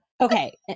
Okay